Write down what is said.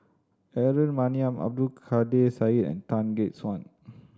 Aaron Maniam Abdul Kadir Syed and Tan Gek Suan